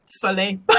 fully